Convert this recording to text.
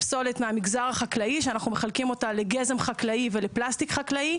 הפסולת מהמגזר החקלאי שאנחנו מחלקים אותה לגזם חקלאי ולפלסטיק חקלאי,